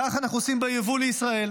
כך אנחנו עושים ביבוא לישראל,